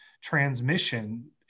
transmission